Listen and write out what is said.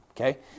okay